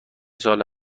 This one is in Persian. سال